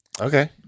Okay